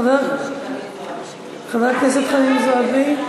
חברת הכנסת חנין זועבי,